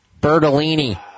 Bertolini